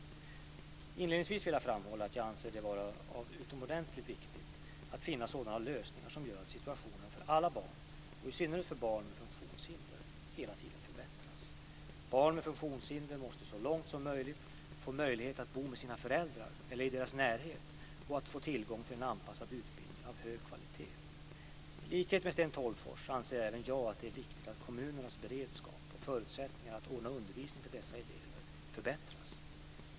Inledningsvis vill jag framhålla att jag anser det vara utomordentligt viktigt att finna sådana lösningar som gör att situationen för alla barn och i synnerhet för barn med funktionshinder hela tiden förbättras. Barn med funktionshinder måste så långt som möjligt få möjlighet att bo med sina föräldrar eller i deras närhet, och de måste få tillgång till en anpassad utbildning av hög kvalitet. I likhet med Sten Tolgfors anser jag att det är viktigt att kommunernas beredskap och förutsättningar att ordna undervisning för dessa elever förbättras.